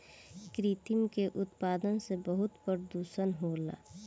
कृत्रिम के उत्पादन से बहुत प्रदुषण होला